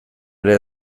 ere